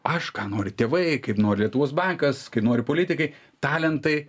aš ką nori tėvai kaip nori lietuvos bankas kai nori politikai talentai